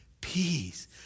peace